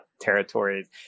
territories